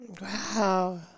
Wow